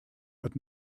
but